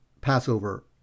Passover